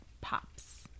pops